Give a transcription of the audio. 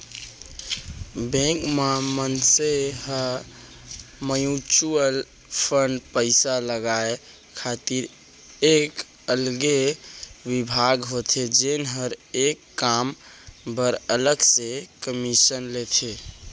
bank म मनसे ह म्युचुअल फंड पइसा लगाय खातिर एक अलगे बिभाग होथे जेन हर ए काम बर अलग से कमीसन लेथे